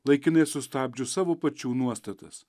laikinai sustabdžius savo pačių nuostatas